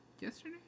yesterday